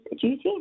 duty